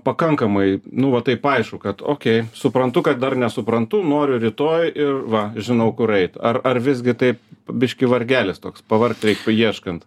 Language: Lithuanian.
pakankamai nu va taip aišku kad okei suprantu kad dar nesuprantu noriu rytoj ir va žinau kur eiti ar ar visgi taip biškį vargelis toks pavargt reiktų ieškant